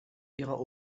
ihrer